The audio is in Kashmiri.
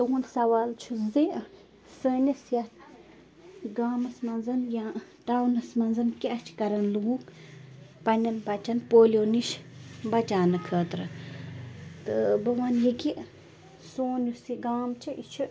تُہُنٛد سوال چھُ زِ سٲنِس یَتھ گامَس منٛز یا ٹاونَس منٛزَن کیٛاہ چھِ کران لوٗک پنٛنٮ۪ن بَچَن پولیو نِش بچاونہٕ خٲطرٕ تہٕ بہٕ وَنہٕ یہِ کہِ سون یُس یہِ گام چھِ یہِ چھِ